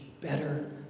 better